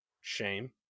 Shame